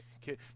kid